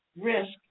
risk